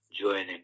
joining